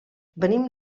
venim